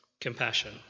compassion